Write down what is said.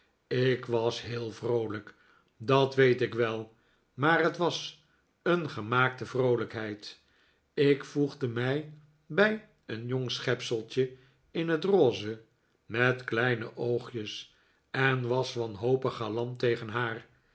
ik was heel vroolijk dat weet ik wel maar het was een gemaakte vroolijkheid ik voegde mij bij een jong schepseltje in het rose met kleine oogjes en was wanhopig galant tegen haar